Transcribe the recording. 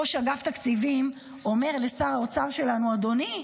ראש אגף תקציבים אומר לשר האוצר שלנו: אדוני,